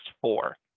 four